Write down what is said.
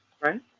Right